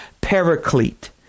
paraclete